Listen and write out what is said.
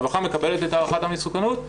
הרווחה מקבלת את הערכת המסוכנות,